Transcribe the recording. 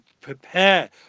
prepare